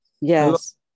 Yes